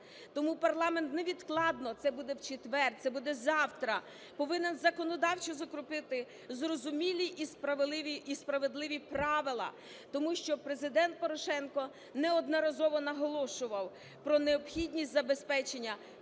Тому парламент невідкладно – це буде в четвер, це буде завтра – повинен законодавчо закріпити зрозумілі і справедливі правила, тому що Президент Порошенко неодноразово наголошував про необхідність забезпечення конфесійного